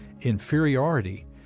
Inferiority